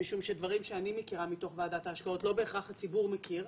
משום שדברים שאני מכירה מתוך ועדת ההשקעות לא בהכרח הציבור מכיר,